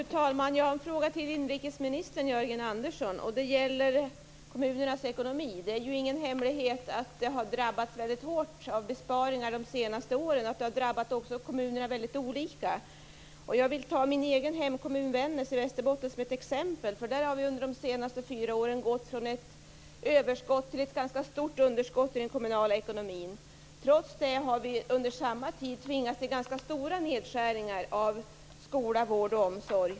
Fru talman! Jag har en fråga till inrikesminister Jörgen Andersson. Det gäller kommunernas ekonomi. Det är ju ingen hemlighet att kommunerna har drabbats väldigt hårt av besparingar under de senaste åren, och det har också drabbat kommunerna olika. Jag vill ta min egen hemkommun Vännäs i Västerbotten som exempel. Där har man under de senaste fyra åren gått från ett överskott till ett ganska stort underskott i den kommunala ekonomin. Trots det har man under samma tid tvingats till ganska stora nedskärningar av skola, vård och omsorg.